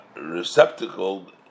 receptacle